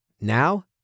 Now